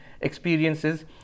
experiences